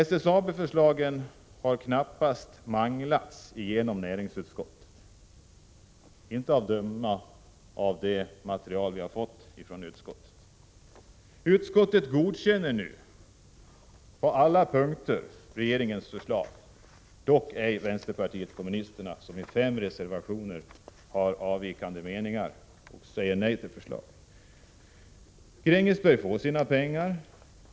SSAB-affären har knappast manglats igenom näringsutskottet, att döma av det material vi har fått. Utskottet godkänner nu på alla punkter regeringens förslag. Det gör dock inte vänsterpartiet kommunisterna, som i fem reservationer redovisar avvikande meningar och säger nej till förslaget. Grängesberg får sina pengar.